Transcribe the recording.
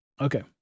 okay